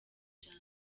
jana